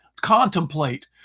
contemplate